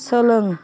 सोलों